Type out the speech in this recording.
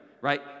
Right